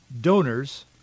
donors